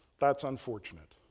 that's unfortunate,